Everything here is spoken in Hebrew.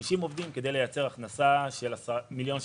עובדים כדי לייצר הכנסה של מיליון שקל.